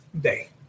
day